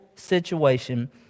Situation